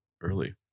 early